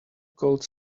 called